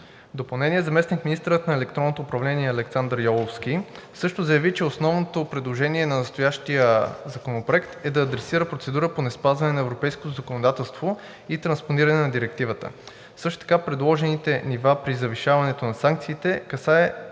допълнение заместник-министърът на електронното управление Александър Йоловски също заяви, че основното предложение на настоящия законопроект е да адресира процедура по неспазване на европейското законодателство и транспониране на Директивата. Също така предложените нива при завишаването на санкциите касае